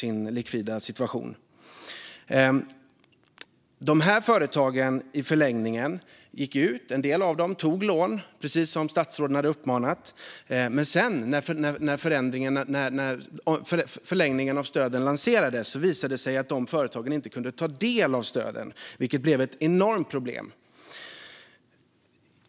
En del av dessa företag tog lån, precis som statsråden hade uppmanat dem till. Men när sedan förlängningen av stöden lanserades visade det sig att de företagen inte kunde ta del av stöden, vilket blev ett enormt problem.